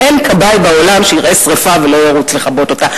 אין כבאי בעולם שיראה שרפה ולא ירוץ לכבות אותה.